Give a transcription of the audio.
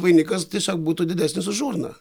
vainikas tiesiog būtų didesnis už urną